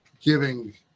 giving